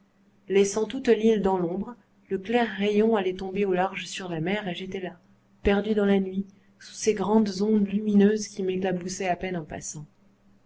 laissant toute l'île dans l'ombre le clair rayon allait tomber au large sur la mer et j'étais là perdu dans la nuit sous ces grandes ondes lumineuses qui m'éclaboussaient à peine en passant